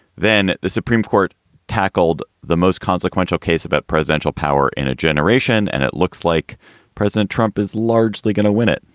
then the supreme court tackled the most consequential case about presidential power in a generation. and it looks like president trump is largely going to win it.